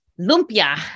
lumpia